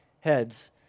heads